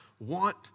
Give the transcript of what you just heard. Want